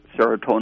serotonin